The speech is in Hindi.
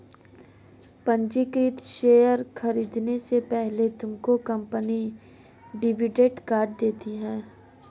पंजीकृत शेयर खरीदने से पहले तुमको कंपनी डिविडेंड देती है